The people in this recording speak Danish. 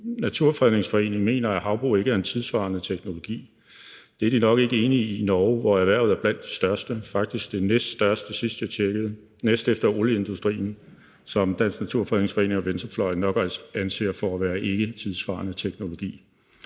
Naturfredningsforening mener, at havbrug ikke er en tidssvarende teknologi. Det er de nok ikke enige i i Norge, hvor erhvervet er blandt de største, faktisk det næststørste, sidst jeg tjekkede, efter olieindustrien, som Dansk Naturfredningsforening og venstrefløjen nok også anser for at være ikketidssvarende teknologi.